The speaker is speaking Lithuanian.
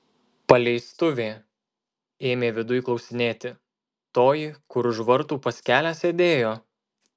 paleistuvė ėmė viduj klausinėti toji kur už vartų pas kelią sėdėjo